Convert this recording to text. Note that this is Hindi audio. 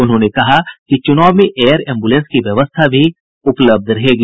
उन्होंने कहा कि चुनाव में एयर एम्बुलेंस की व्यवस्था भी उपलब्ध रहेगी